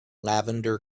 lavender